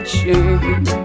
change